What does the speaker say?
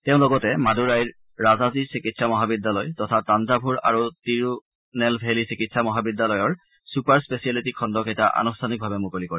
তেওঁ লগতে মাদুৰাইৰ ৰাজাজী চিকিৎসা মহাবিদ্যালয় তথা তাঞ্জাভুৰ আৰু তিৰুনেলভেলী চিকিৎসা মহাবিদ্যালয়ৰ ছুপাৰ স্পেচিয়েলিটী খণ্ডকেইটা আনুষ্ঠানিকভাৱে মুকলি কৰে